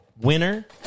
Winner